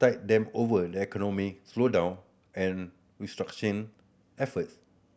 tide them over the economic slowdown and restructuring efforts